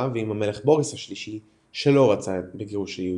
ועם המלך בוריס השלישי שלא רצה בגירוש היהודים.